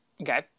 Okay